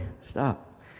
Stop